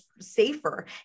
safer